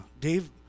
Dave